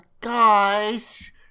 guys